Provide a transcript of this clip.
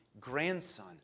grandson